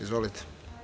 Izvolite.